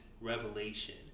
revelation